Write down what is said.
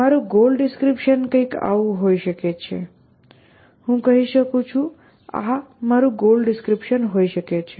મારું goal description કંઈક આવું હોઈ શકે છે હું કહી શકું છું આ મારું ગોલ ડિસ્ક્રિપ્શન હોઈ શકે છે